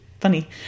funny